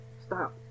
stop